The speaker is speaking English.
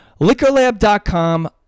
LiquorLab.com